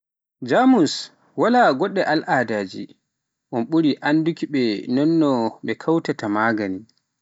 Jamus wala goɗɗe al'adaaje, un ɓuri annduki ɓe nonno ɓe kautata magaani.